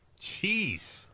Jeez